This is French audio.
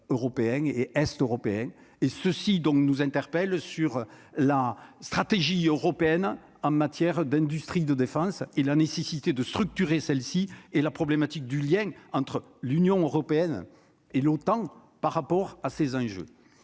et ceci donc nous interpelle sur la stratégie européenne en matière d'industrie de défense et la nécessité de structurer celle-ci et la problématique du lien entre l'Union européenne et l'OTAN par rapport à ces enjeux,